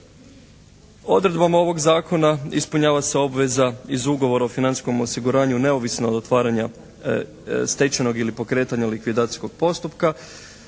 Odredbama ovog zakona ispunjava se obveza iz Ugovora o financijskom osiguranju neovisno od otvaranja stečajnog ili pokretanja likvidacijskog postupka.